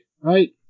Right